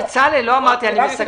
אמרתי שאני מסכם.